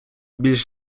більш